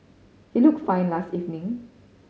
he looked fine last evening